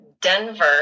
Denver